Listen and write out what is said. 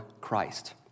Christ